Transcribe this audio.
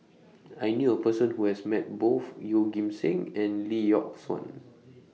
I knew A Person Who has Met Both Yeoh Ghim Seng and Lee Yock Suan